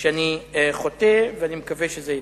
שאני חוטא ואני מקווה שזה יתוקן.